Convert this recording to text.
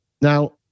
now